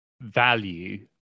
value